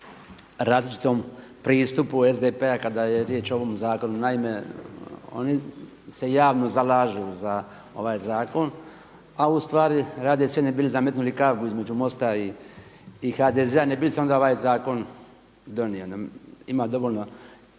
različitom pristupu SDP-a kada je riječ o ovom zakonu. Naime, oni se javno zalažu za ovaj zakon, a u stvari ne bi li zametnuli kavgu između MOST-a i HDZ-a ne bi li se onda ovaj zakon donio. No, ima dovoljno